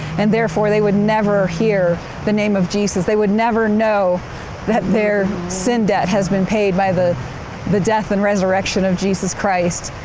and therefore they would never hear the name of jesus, they would never know that their sin debt has been paid by the the death and resurrection of jesus christ,